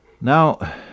Now